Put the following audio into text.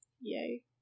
Yay